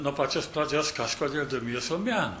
nuo pačios pradžios kažkodėl domėjausi menu